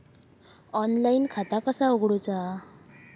Online खाता कसा उगडूचा?